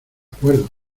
acuerdo